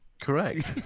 Correct